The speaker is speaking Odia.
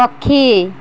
ପକ୍ଷୀ